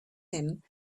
him